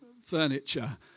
furniture